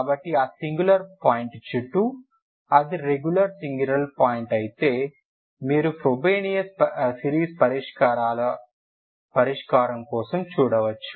కాబట్టి ఆ singular point చుట్టూ అది రెగ్యులర్ సింగులర్ పాయింట్లు అయితే మీరు ఫ్రోబేనియస్ సిరీస్ పరిష్కారాలుగా పరిష్కారం కోసం చూడవచ్చు